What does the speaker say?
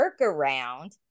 workaround